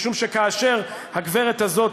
משום שכאשר הגברת הזאת,